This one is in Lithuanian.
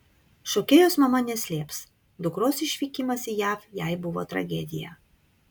šokėjos mama neslėps dukros išvykimas į jav jai buvo tragedija